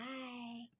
bye